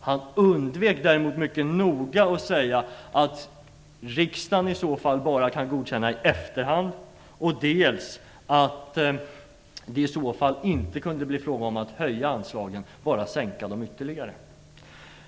Han undvek däremot mycket noga att säga att riksdagen i så fall bara kan godkänna i efterhand och att det i så fall inte kunde bli fråga om att höja anslagen utan bara att sänka dem ytterligare.